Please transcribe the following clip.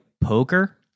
poker